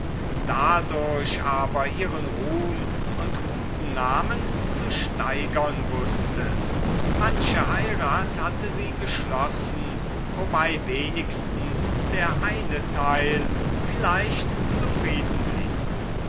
dadurch aber ihren ruhm und guten namen zu steigern wußte manche heirat hatte sie geschlossen wobei wenigstens der eine teil vielleicht zufrieden